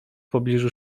pobliżu